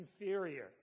inferior